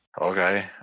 Okay